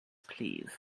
please